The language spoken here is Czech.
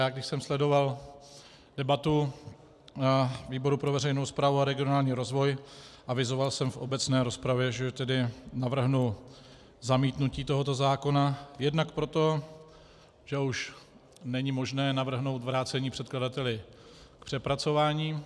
Když jsem sledoval debatu výboru pro veřejnou správu a regionální rozvoj, avizoval jsem v obecné rozpravě, že tedy navrhnu zamítnutí tohoto zákona jednak proto, že už není možné navrhnout vrácení předkladateli k přepracování.